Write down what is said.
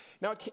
Now